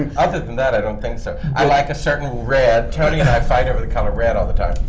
and other than that, i don't think so. i like a certain red. tony and i fight over the color red all the time.